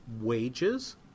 wages